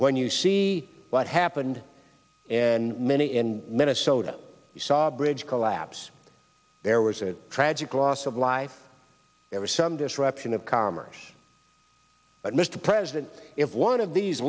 when you see what happened and many in minnesota saw bridge collapse there was a tragic loss of life ever some disruption of commerce but mr president if one of these